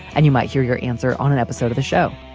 and you might hear your answer on an episode of the show.